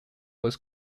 was